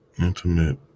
intimate